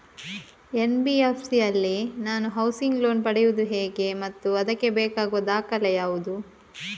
NBFC ಯಲ್ಲಿ ನಾನು housing loan ಪಡೆಯುದು ಹೇಗೆ ಮತ್ತು ಅದಕ್ಕೆ ಬೇಕಾಗುವ ದಾಖಲೆ ಯಾವುದು?